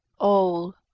all,